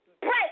break